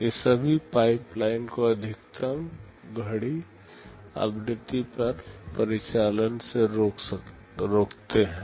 ये सभी pipeline को अधिकतम घड़ी आवृत्ति पर परिचालन से रोकते हैं